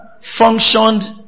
functioned